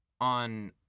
on